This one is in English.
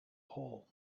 hole